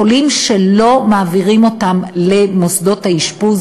חולים שלא מעבירים אותם למוסדות האשפוז